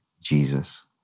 Jesus